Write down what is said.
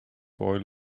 boy